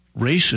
racist